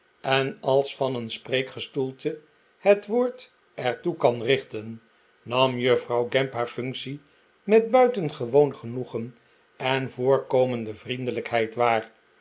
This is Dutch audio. en als van een spreekgestoelte het woord er toe kan richten nam juffrouw gamp haar functie met buitengewoon genoegen en voorkomende vriendelijkheid waar